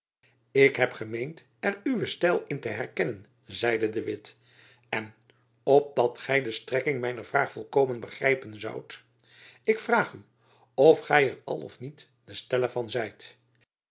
ik heb gemeend er uwen stijl in te herkennen zeide de witt en opdat gy de strekking mijner vraag volkomen begrijpen zoudt ik vraag u of gy er al of niet de steller van zijt